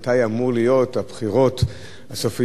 עד היום הוא באמת קלע להיתכנות,